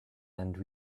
and